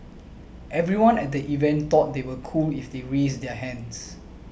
everyone at the event thought they were cool if they raised their hands